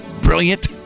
brilliant